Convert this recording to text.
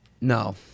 No